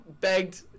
begged